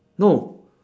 no